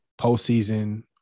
postseason